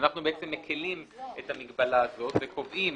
אנחנו בעצם מקלים את המגבלה הזאת, וקובעים